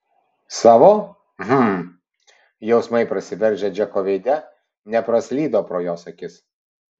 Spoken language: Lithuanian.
savo hm jausmai prasiveržę džeko veide nepraslydo pro jos akis